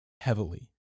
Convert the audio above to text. heavily